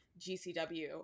GCW